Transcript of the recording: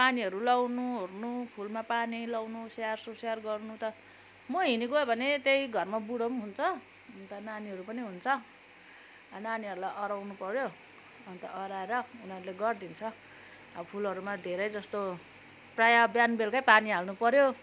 पानीहरू लाउनु ओर्नु पानी लाउनु स्याहार सुसार गर्नु त म हिडिगयो भने त्यही घरमा बुढो पनि हुन्छ अन्त नानीहरू पनि हुन्छ नानीहरूलाई अह्राउनु पऱ्यो अन्त अह्राएर उनीहरूले गरिदिन्छ अब फुलहरूमा धेरै जस्तो प्राय बिहान बेलुकै पानी हाल्नु पर्यो